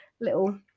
little